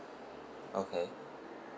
okay